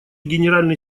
генеральный